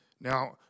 Now